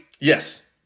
Yes